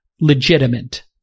legitimate